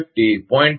050 0